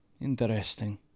Interesting